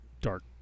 dark